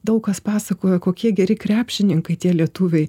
daug kas pasakoja kokie geri krepšininkai tie lietuviai